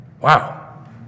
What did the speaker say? Wow